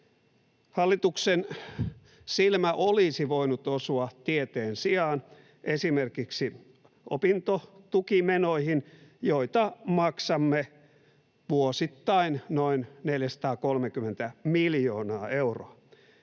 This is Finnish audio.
Hallituksen silmä olisi voinut osua tieteen sijaan esimerkiksi opintotukimenoihin, joita maksamme vuosittain noin 430 miljoonaa euroa.